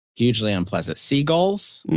hugely unpleasant. seagulls?